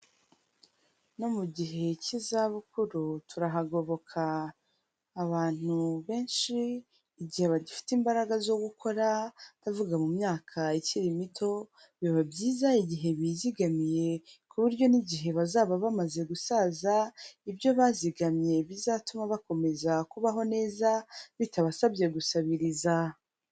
No mu gihe cy'izabukuru turahagoboka. Abantu benshi igihe bagifite imbaraga zo gukora ndavuga mu myaka ikiri mito, biba byiza igihe bizigamiye ku buryo n'igihe bazaba bamaze gusaza ibyo bazigamye bizatuma bakomeza kubaho neza bitabasabye gusabiriza.